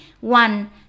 one